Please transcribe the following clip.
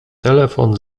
telefon